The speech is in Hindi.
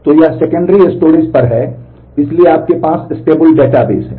तो यह सेकेंडरी स्टोरेज डेटाबेस है